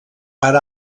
part